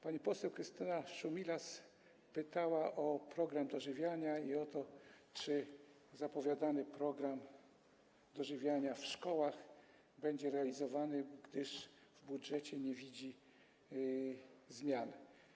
Pani poseł Krystyna Szumilas pytała o program dożywiania i o to, czy zapowiadany program dożywiania w szkołach będzie realizowany, gdyż w budżecie nie widzi zmiany.